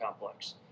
complex